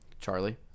Charlie